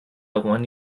one